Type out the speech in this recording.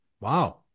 Wow